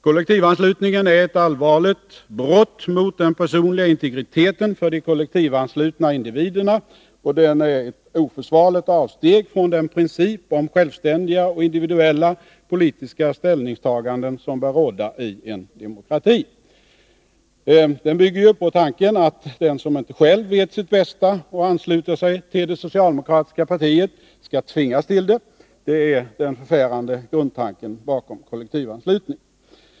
Kollektivanslutningen är ett allvarligt brott mot den personliga integriteten för de kollektivanslutna individerna, och den är ett oförsvarligt avsteg från den princip om självständiga och individuella politiska ställningstaganden som bör råda i en demokrati. Den bygger på tanken att den som inte själv vet sitt bästa och ansluter sig till det socialdemokratiska partiet skall tvingas till det — det är den förfärande grundtanken bakom kollektivanslutningen. Herr talman!